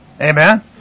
Amen